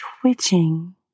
twitching